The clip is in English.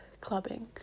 clubbing